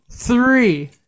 Three